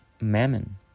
mammon